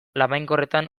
labainkorretan